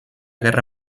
guerra